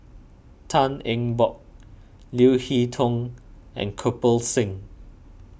Tan Eng Bock Leo Hee Tong and Kirpal Singh